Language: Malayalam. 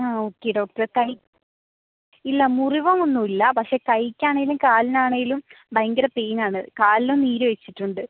ആ ഓക്കെ ഡോക്ടർ കൈ ഇല്ല മുറിവങ്ങാനൊന്നും ഇല്ല പക്ഷെ കൈക്കാണേലും കാലിനാണേലും ഭയങ്കര പെയ്നാണ് കാലിലും നീര് വെച്ചിട്ടുണ്ട്